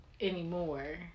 anymore